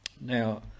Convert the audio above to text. now